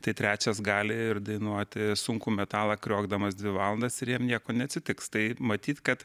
tai trečias gali ir dainuoti sunkų metalą kriokdamas dvi valandas ir jam nieko neatsitiks tai matyt kad